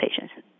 patients